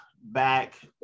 back